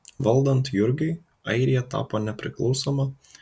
valdant jurgiui airija tapo nepriklausoma